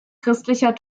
christlicher